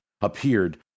appeared